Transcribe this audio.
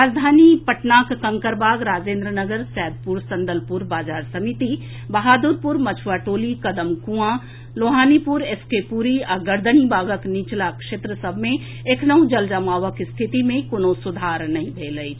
राजधानी पटनाक Kankarbagh Rajendranagar Saidpur Sandalpur Bazar Samiti Bahadurpur Machhua Toli Kadam Kuan Lohanipur S K Puri आ गर्दनीबागक निचला क्षेत्र सभ मे एखनहु जलजमावक स्थिति मे कोनो सुधार नहि भेल अछि